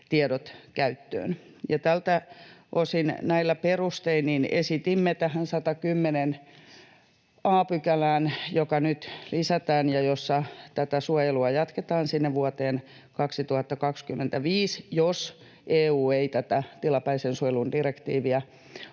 Tältä osin näillä perustein esitimme tähän 110 a §:ään, joka nyt lisätään ja jossa tätä suojelua jatketaan vuoteen 2025, jos EU ei tätä tilapäisen suojelun direktiiviä lopeta